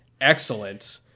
excellent